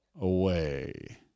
away